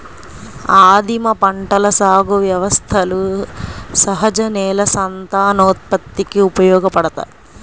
ఆదిమ పంటల సాగు వ్యవస్థలు సహజ నేల సంతానోత్పత్తికి ఉపయోగపడతాయి